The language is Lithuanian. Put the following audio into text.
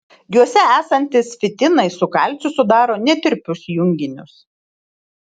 juose esantys fitinai su kalciu sudaro netirpius junginius